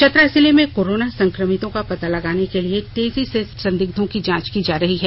चतरा जिले में कोरोना संक्रमितो का पता लगाने के लिए तेजी से संदिग्धों की जांच की जा रही है